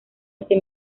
ese